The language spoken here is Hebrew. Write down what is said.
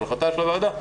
על החלטה של הוועדה,